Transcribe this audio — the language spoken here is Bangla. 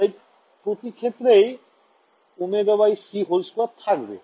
তাই প্রতি ক্ষেত্রেই ωc2 থাকবে